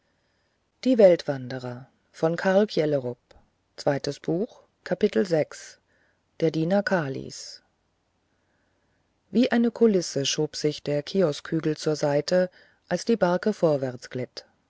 der diener kalis wie eine kulisse schob sich der kioskhügel zur seite als die barke vorwärts glitt